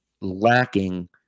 lacking